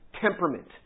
temperament